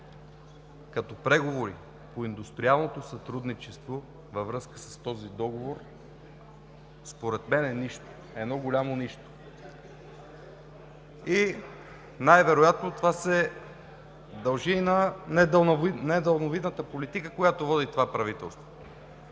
като преговори по индустриалното сътрудничество, във връзка с този договор, според мен е едно голямо нищо. Най-вероятно това се дължи на недалновидната политика, която води това правителство.